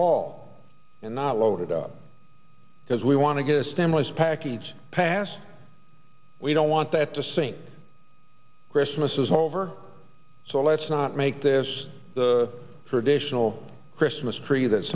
ball and not loaded up because we want to get a stimulus package passed we don't want that to sing christmas is over so let's not make this for additional christmas tree that